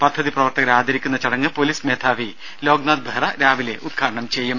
പദ്ധതി പ്രവർത്തകരെ ആദരിക്കുന്ന ചടങ്ങ് പൊലീസ് മേധാവി ലോക്നാഥ് ബെഹ്റ രാവിലെ ഉദ്ഘാടനം ചെയ്യും